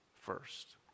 First